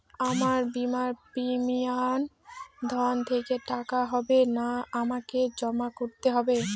আমার বিমার প্রিমিয়াম ঋণ থেকে কাটা হবে না আমাকে জমা করতে হবে?